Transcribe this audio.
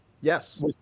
Yes